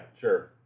sure